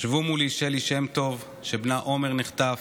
ישבו מולי שלי שם טוב, שבנה עומר נחטף,